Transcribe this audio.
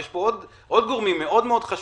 יש פה עוד גורמים מאוד מאוד חשובים,